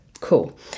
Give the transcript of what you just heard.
Cool